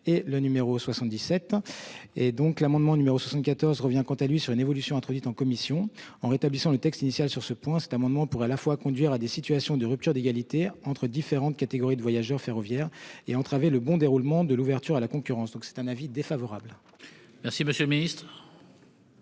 et le numéro 77. Et donc l'amendement numéro 74 revient quant à lui sur une évolution introduite en commission en rétablissant le texte initial sur ce point, cet amendement pour à la fois conduire à des situations de rupture d'égalité entre différentes catégories de voyageurs ferroviaires et entraver le bon déroulement de l'ouverture à la concurrence, donc c'est un avis défavorable. Merci, monsieur le Ministre.--